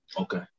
Okay